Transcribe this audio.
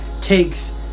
takes